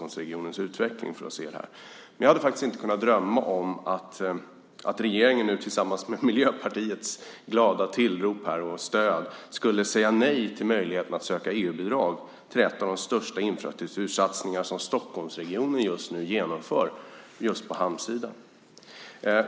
Men jag hade faktiskt inte kunnat drömma om att regeringen nu med Miljöpartiets glada tillrop och stöd skulle säga nej till möjligheten att söka EU-bidrag för en av de största infrastruktursatsningar som Stockholmsregionen just nu genomför på hamnsidan.